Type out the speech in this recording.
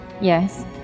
Yes